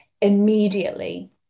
immediately